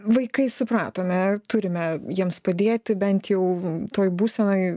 vaikai supratome turime jiems padėti bent jau toj būsenoj